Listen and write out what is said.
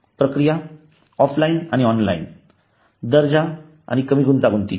प्रक्रिया ऑफलाइन आणि ऑनलाइन दर्जा आणि कमी गुंतागुंतीची